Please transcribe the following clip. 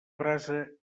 brasa